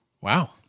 Wow